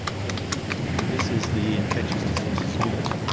so this is this is the infectious diseases unit.